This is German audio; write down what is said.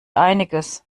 einiges